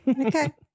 Okay